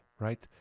right